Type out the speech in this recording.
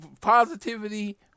positivity